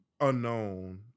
unknown